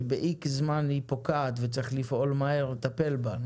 שבאיקס זמן היא פוקעת וצריך לפעול מהר ולטפל בה?